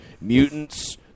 mutants